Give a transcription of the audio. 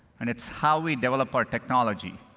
and it's how we develop our technology,